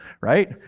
Right